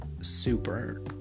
super